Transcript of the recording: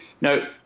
Now